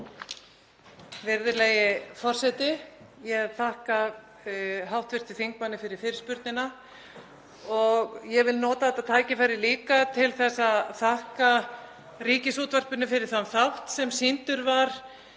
Virðulegi forseti. Ég þakka hv. þingmanni fyrir fyrirspurnina og ég vil nota þetta tækifæri líka til að þakka Ríkisútvarpinu fyrir þann þátt sem sýndur var